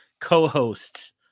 co-hosts